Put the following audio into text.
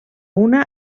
una